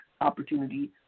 Opportunity